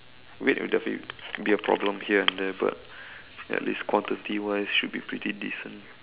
weight would definitely be a problem here and there but at least quantity wise should be pretty decent